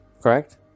Correct